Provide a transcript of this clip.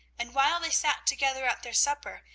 and while they sat together at their supper,